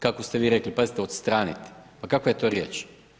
Kako ste vi rekli, pazite, „odstraniti“, pa kakva je to riječ?